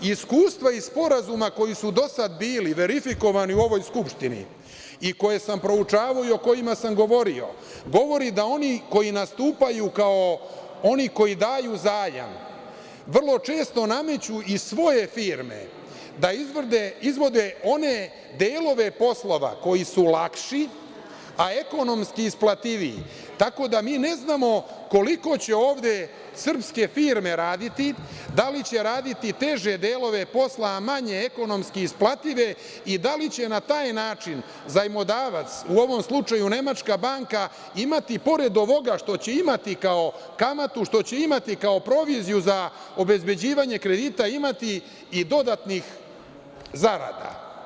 Iskustva iz sporazuma koji su do sada bili verifikovani u ovoj Skupštini i koje sam proučavao i o kojima sam govorio, govori da oni koji nastupaju kao oni koji daju zajam, vrlo često nameću i svoje firme da izvode one delove poslova koji su lakši, a ekonomski isplativiji, tako da mi ne znamo koliko će ovde srpske firme raditi, da li će raditi teže delove posla, a manje ekonomski isplative i da li će na taj način zajmodavac, u ovom slučaju Nemačka banka, imati pored ovoga što će imati kao kamatu, što će imati kao proviziju za obezbeđivanje kredita, imati i dodatnih zarada.